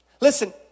Listen